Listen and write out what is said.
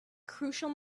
crucial